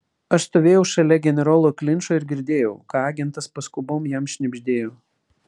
aš stovėjau šalia generolo klinčo ir girdėjau ką agentas paskubom jam šnibždėjo